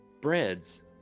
breads